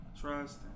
trust